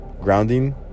grounding